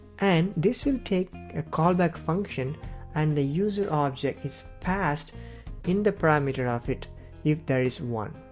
and this will take a callback function and the user object is passed in the parameter of it if there is one.